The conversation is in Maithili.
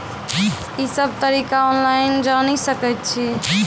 ई सब तरीका ऑनलाइन जानि सकैत छी?